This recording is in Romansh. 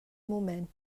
mument